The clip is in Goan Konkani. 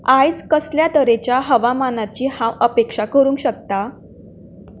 आयज कसल्या तरेच्या हवामानाची हांव अपेक्षा करूंक शकता